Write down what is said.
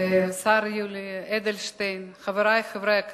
השר יולי אדלשטיין, חברי חברי הכנסת,